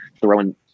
throwing